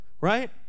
Right